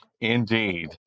Indeed